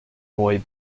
roy